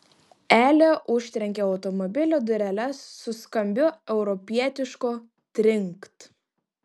elė užtrenkė automobilio dureles su skambiu europietišku trinkt